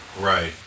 Right